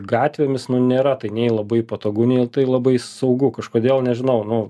gatvėmis nu nėra tai nei labai patogu nei labai saugu kažkodėl nežinau nu